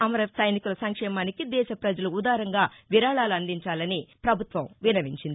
అమర సైనికుల సంక్షేమానికి దేశ ప్రజలు ఉదారంగా విరాళాలు అందించాలని పభుత్వం విన్నవించింది